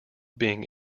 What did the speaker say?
being